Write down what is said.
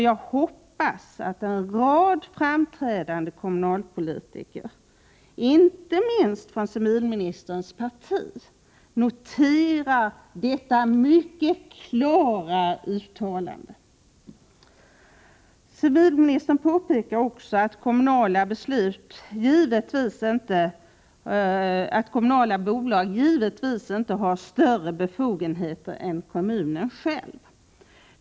Jag hoppas att en rad framträdande kommunalpolitiker, inte minst från civilministerns eget parti, noterar detta mycket klara uttalande. Civilministern påpekar också att kommunala bolag givetvis inte har större befogenheter än kommunen själv.